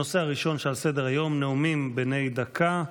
הנושא הראשון שעל סדר-היום, נאומים בני דקה.